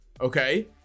Okay